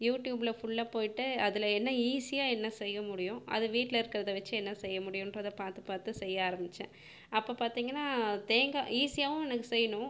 யூட்யூப்பில் ஃபுல்லாக போய்ட்டு அதில் என்ன ஈஸியாக என்ன செய்ய முடியும் அது வீட்டில் இருக்கறதை வைச்சு என்ன செய்ய முடியுன்றதை பார்த்து பார்த்து செய்ய ஆரமித்தேன் அப்போ பார்த்தீங்கனா தேங்காய் ஈஸியாகவும் எனக்கு செய்யணும்